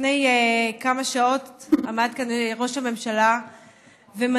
לפני כמה שעות עמד כאן ראש הממשלה ומנה